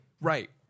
Right